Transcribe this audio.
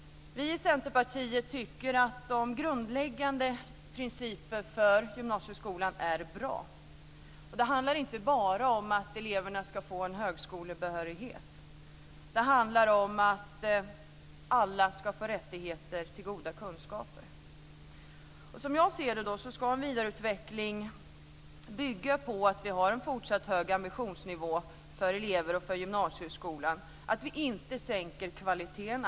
Vi i Centerpartiet tycker att de grundläggande principerna för gymnasieskolan är bra. Det handlar inte bara om att eleverna ska få en högskolebehörighet. Det handlar också om att alla ska ha rätt till goda kunskaper. Som jag ser det ska en vidareutveckling bygga på att vi har en fortsatt hög ambitionsnivå för eleverna och för gymnasieskolan. Vi ska inte sänka kvaliteten.